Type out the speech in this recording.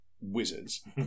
wizards